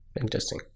Interesting